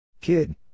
Kid